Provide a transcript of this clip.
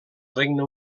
regne